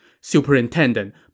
Superintendent